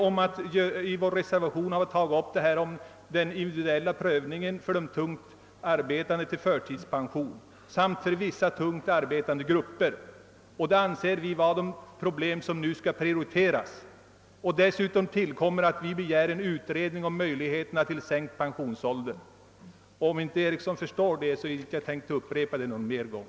Likaså har vi tagit upp frågan om individuell prövning av förtidspension åt grupper med pressande arbete. Det anser vi vara de problem som nu skall prioriteras. Dessutom har vi begärt en utredning om möjlighe terna att införa sänkt pensionsålder. Om herr Eriksson i Bäckmora inte förstår det, så tänker jag ändå inte upprepa det någon mera gång.